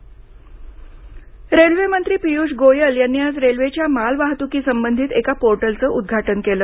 railway portal रेल्वेमंत्री पीयूष गोयल यांनी आज रेल्वेच्या माल वाहतुकीसंबंधित एका पोर्टलचं उद्घाटन केलं